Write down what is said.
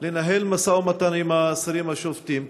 לנהל משא ומתן עם האסירים השובתים?